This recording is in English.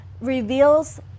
reveals